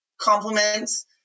compliments